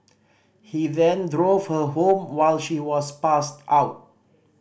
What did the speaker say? he then drove her home while she was passed out